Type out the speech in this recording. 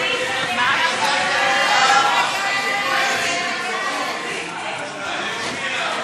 להעביר את הצעת חוק לתיקון פקודת הסטטיסטיקה (מס' 4)